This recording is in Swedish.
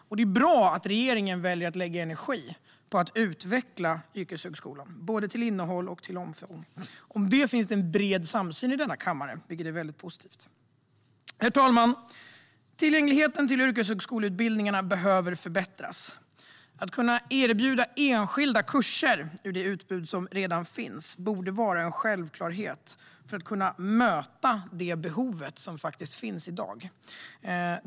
Och det är bra att regeringen väljer att lägga energi på att utveckla yrkeshögskolan, både till innehåll och till omfång. Om detta finns det en bred samsyn i denna kammare, vilket är mycket positivt. Herr talman! Tillgängligheten till yrkeshögskoleutbildningarna behöver förbättras. Att kunna erbjuda enskilda kurser ur det utbud som redan finns borde vara en självklarhet för att det behov som faktiskt finns i dag ska kunna mötas.